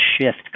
shift